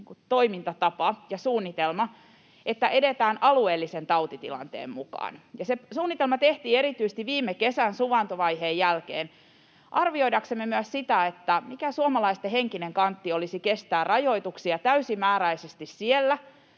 toimintatapa ja suunnitelma, että edetään alueellisen tautitilanteen mukaan. Ja se suunnitelma tehtiin erityisesti viime kesän suvantovaiheen jälkeen arvioidaksemme myös sitä, mikä suomalaisten henkinen kantti olisi kestää rajoituksia täysimääräisesti siellä,